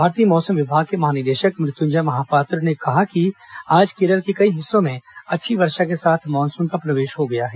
भारतीय मौसम विभाग के महानिदेशक मृत्युंजय महापात्रा ने कहा कि आज केरल के कई हिस्सों में अच्छी वर्षा के साथ मानसून का प्रवेश हो गया है